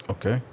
Okay